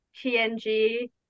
TNG